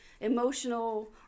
emotional